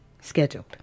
scheduled